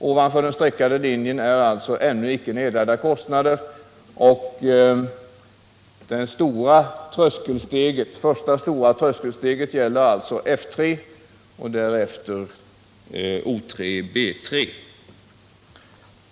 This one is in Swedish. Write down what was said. Ovanför den streckade linjen har vi alltså ännu ej nedlagda kostnader, och det första stora tröskelsteget gäller alltså F 3 och därefter O 3 och B 3.